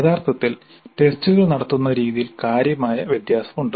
യഥാർത്ഥത്തിൽ ടെസ്റ്റുകൾ നടത്തുന്ന രീതിയിൽ കാര്യമായ വ്യത്യാസമുണ്ട്